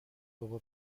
بابا